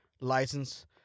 license